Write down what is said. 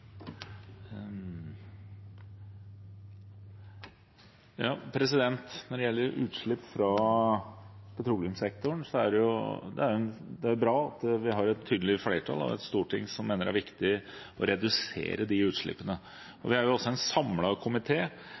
Når det gjelder utslipp fra petroleumssektoren, er det bra at vi har et tydelig flertall i Stortinget som mener det er viktig å redusere de utslippene. Det er en samlet komité som påpeker de kravene som er